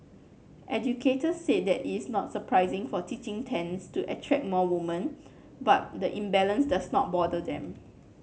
educators said that it is not surprising for teaching tends to attract more woman but the imbalance does not bother them